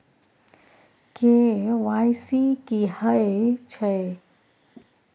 KYC की हय छै?